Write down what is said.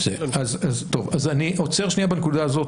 אני עוצר שנייה בנקודה הזאת,